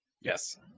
Yes